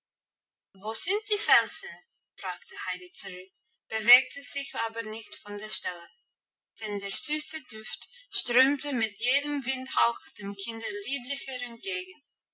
wo sind die felsen fragte heidi zurück bewegte sich aber nicht von der stelle denn der süße duft strömte mit jedem windhauch dem kinde lieblicher entgegen